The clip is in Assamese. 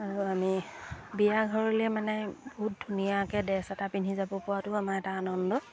আৰু আমি বিয়া ঘৰলৈ মানে বহুত ধুনীয়াকৈ ড্ৰেছ এটা পিন্ধি যাব পৰাতো আমাৰ এটা আনন্দ